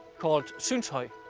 called synneshoj.